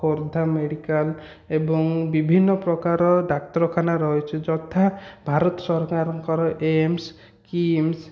Khordha medical ଏବଂ ବିଭିନ୍ନ ପ୍ରକାର ଡାକ୍ତରଖାନା ରହିଛି ଯଥା ଭାରତ ସରକାରଙ୍କର ଏମ୍ସ କିମ୍ସ